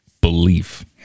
Belief